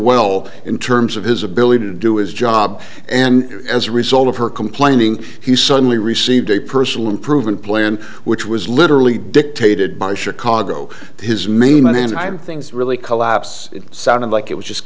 well in terms of his ability to do its job and as a result of her complaining he suddenly received a personal improvement plan which was literally dictated by chicago his main man and i things really collapse it sounded like it was just